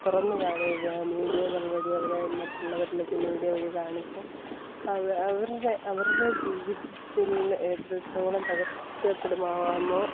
തുറന്ന് കാണിച്ച് മീഡിയകൾ വഴി അവരെ മറ്റുള്ളവരിലേക്ക് മീഡിയ വഴി കാണിച്ച് അവർ അവരുടെ അവരുടെ ജീവിതത്തിൽ എത്രത്തോളം തകർക്കപ്പെടാമോ